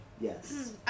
Yes